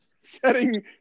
setting